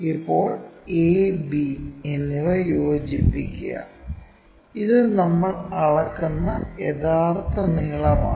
ഇപ്പോൾ a b എന്നിവ യോജിപ്പിക്കുക ഇത് നമ്മൾ അളക്കുന്ന യഥാർത്ഥ നീളമാണ്